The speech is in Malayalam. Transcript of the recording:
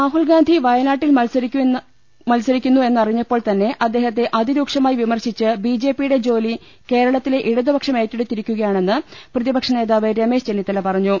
രാഹുൽ ഗാന്ധി വയനാട്ടിൽ മത്സരിക്കുന്നു എന്നറിഞ്ഞപ്പോൾ തന്നെ അദ്ദേഹത്തെ അതിരൂക്ഷമായി വിമർശിച്ച് ബിജെപിയുടെ ജോലി കേരളത്തിലെ ്ര ഇടതുപക്ഷം ഏറ്റെടുത്തിരിക്കുകയാണെന്ന് പ്രതിപക്ഷ നേതാവ് രമേശ് ചെന്നിത്തല പറഞ്ഞു